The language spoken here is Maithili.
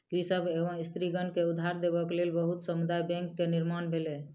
कृषक एवं स्त्रीगण के उधार देबक लेल बहुत समुदाय बैंक के निर्माण भेलै